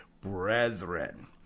brethren